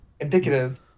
Indicative